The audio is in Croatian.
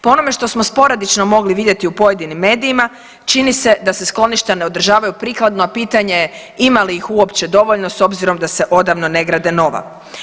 Po onome što smo sporadično mogli vidjeti u pojedinim medijima, čini se da se skloništa ne održavaju prikladno, a pitanje je imali li ih uopće dovoljno s obzirom da se odavno ne grade nova.